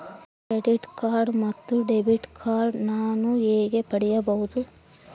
Credit card ಮತ್ತು debit card ನಾನು ಹೇಗೆ ಪಡೆಯಬಹುದು?